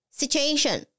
situation